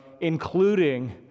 Including